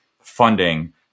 funding